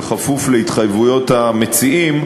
בכפוף להתחייבויות המציעים,